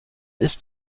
ist